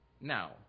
now